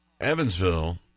Evansville